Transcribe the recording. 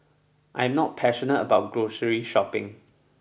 I am not passionate about grocery shopping